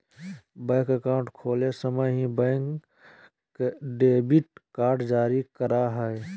bank account खोले समय ही, बैंक डेबिट कार्ड जारी करा हइ